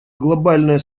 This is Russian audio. глобальная